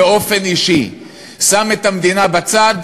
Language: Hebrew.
באופן אישי הוא שם את המדינה בצד,